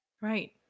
Right